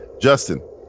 justin